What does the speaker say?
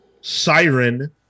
Siren